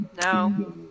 No